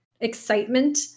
excitement